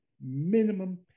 minimum